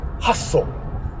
hustle